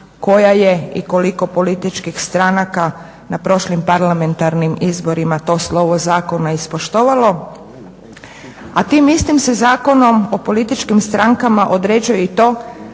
koja je i koliko političkih stranaka na prošlim parlamentarnim izborima to slovo zakona ispoštovala. A tim istim se Zakonom o političkim strankama određuje i to